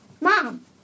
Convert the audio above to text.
Mom